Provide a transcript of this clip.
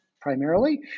primarily